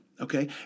okay